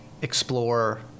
explore